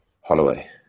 Holloway